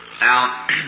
Now